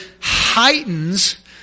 heightens